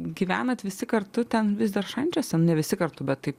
gyvenat visi kartu ten vis dar šančiuose nu ne visi kartu bet taip